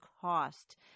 cost